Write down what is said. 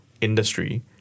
industry